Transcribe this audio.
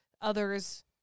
others